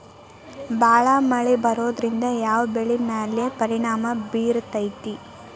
ಭಾಳ ಮಳಿ ಬರೋದ್ರಿಂದ ಯಾವ್ ಬೆಳಿ ಮ್ಯಾಲ್ ಪರಿಣಾಮ ಬಿರತೇತಿ?